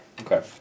Okay